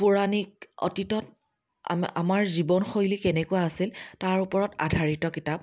পৌৰাণিক অতীতত আমাৰ জীৱনশৈলী কেনেকুৱা আছিল তাৰ ওপৰত আধাৰিত কিতাপ